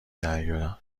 دریا